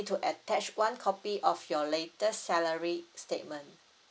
to attach one copy of your latest salary statement